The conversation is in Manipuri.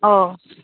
ꯑꯧ